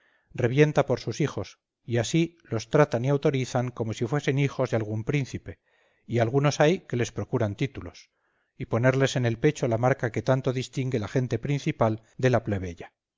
revienta por sus hijos y así los tratan y autorizan como si fuesen hijos de algún príncipe y algunos hay que les procuran títulos y ponerles en el pecho la marca que tanto distingue la gente principal de la